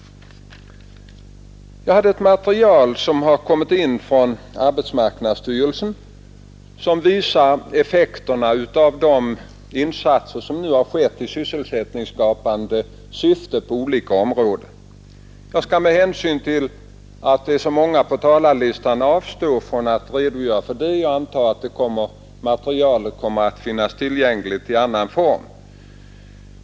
Jag har ett material som kommit från arbetsmarknadsstyrelsen och som visar effekterna av de insatser som gjorts i sysselsättningsskapande syfte på olika områden. Jag skall, med hänsyn till att det är så många anmälda på talarlistan, avstå från att redogöra för det. Jag antar att materialet kommer att finnas tillgängligt i annan form.